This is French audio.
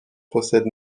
possèdent